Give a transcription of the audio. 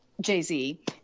jay-z